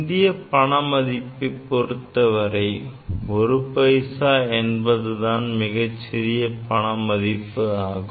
இந்திய பண மதிப்பை பொருத்தவரை ஒரு பைசா என்பது தான் மிகச் சிறிய பண மதிப்பு ஆகும்